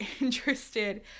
interested